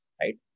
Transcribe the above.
right